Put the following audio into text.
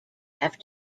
have